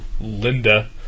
Linda